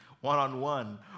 one-on-one